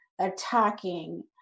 attacking